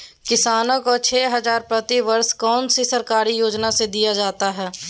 किसानों को छे हज़ार प्रति वर्ष कौन सी सरकारी योजना से दिया जाता है?